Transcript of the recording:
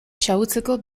xahutzeko